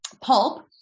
pulp